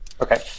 Okay